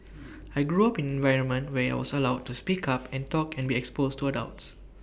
I grew up in environment where I was allowed to speak up and talk and be exposed to adults